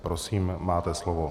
Prosím, máte slovo.